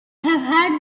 had